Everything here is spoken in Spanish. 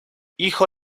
hijo